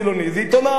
זה עיתון "הארץ".